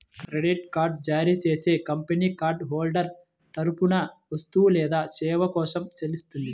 credit card జారీ చేసే company card holder తరపున వస్తువు లేదా సేవ కోసం చెల్లిస్తుంది